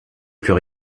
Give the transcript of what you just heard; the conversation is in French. plus